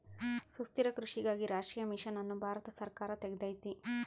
ಸುಸ್ಥಿರ ಕೃಷಿಗಾಗಿ ರಾಷ್ಟ್ರೀಯ ಮಿಷನ್ ಅನ್ನು ಭಾರತ ಸರ್ಕಾರ ತೆಗ್ದೈತೀ